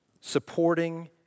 supporting